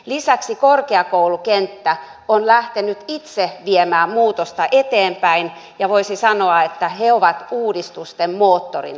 lisäksi korkeakoulukenttä on lähtenyt itse viemään muutosta eteenpäin ja voisi sanoa että he ovat uudistusten moottorina